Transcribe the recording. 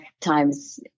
times